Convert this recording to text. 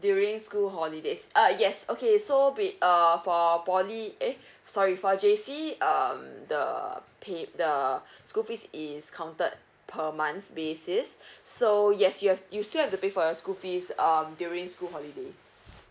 during school holidays uh yes okay so bit err for poly eh sorry for J_C um the pay the school fees is counted per month basis so yes you have you still have to pay for your school fees um during school holidays